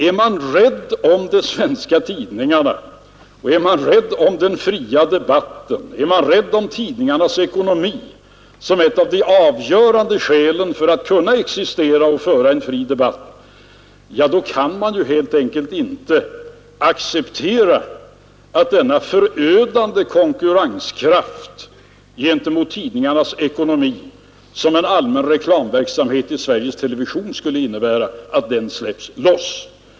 Är man rädd om de svenska tidningarna, är man rädd om den fria debatten och är man rädd om tidningarnas ekonomi, som en av de avgörande faktorerna för att kunna existera och föra en fri debatt — ja, då kan man helt enkelt inte acceptera att den förödande konkurrenskraft gentemot tidningarnas ekonomi, som en allmän reklamverksamhet i Sveriges television skulle innebära, släpps loss.